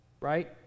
Right